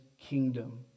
kingdom